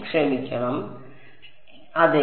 ക്ഷമിക്കണം അതെ